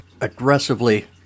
Aggressively